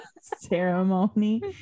ceremony